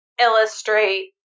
illustrate